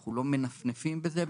אנחנו לא מנפנפים בזה,